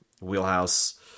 wheelhouse